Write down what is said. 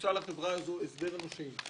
בוצע לחברה הזאת הסדר נושים.